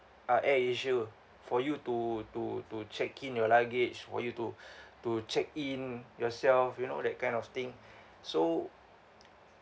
uh Air Asia for you to to to check in your luggage for you to to check in yourself you know that kind of thing so